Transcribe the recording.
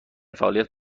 فعالیت